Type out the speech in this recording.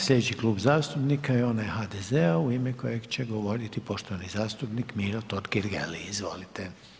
Sljedeći Klub zastupnika je onaj HDZ-a u ime kojeg će govoriti poštovani zastupnik Miro Totgergeli, izvolite.